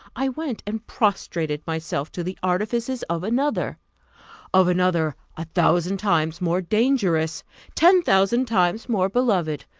i went and prostrated myself to the artifices of another of another a thousand times more dangerous ten thousand times more beloved!